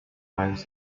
iris